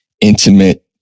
intimate